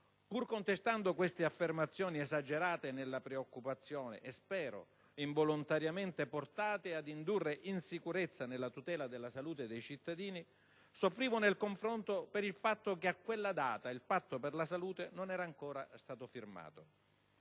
Pur contestando queste affermazioni, esagerate nella preoccupazione e - spero involontariamente - portate ad indurre insicurezza nella tutela della salute dei cittadini, soffrivo nel confronto per il fatto che, a quella data, il Patto per la salute non era ancora stato firmato.